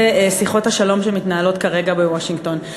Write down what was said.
שיחות השלום שמתנהלות כרגע בוושינגטון.